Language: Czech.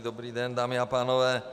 Dobrý den, dámy a pánové.